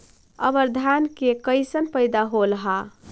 अबर धान के कैसन पैदा होल हा?